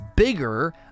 bigger